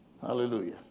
Hallelujah